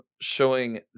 showing